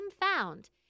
found